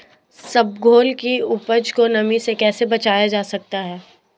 इसबगोल की उपज को नमी से कैसे बचाया जा सकता है?